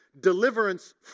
deliverance